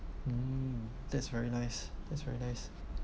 mm that's very nice that's very nice